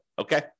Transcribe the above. Okay